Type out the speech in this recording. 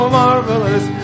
marvelous